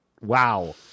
Wow